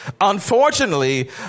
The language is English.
Unfortunately